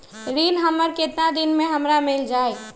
ऋण हमर केतना दिन मे हमरा मील जाई?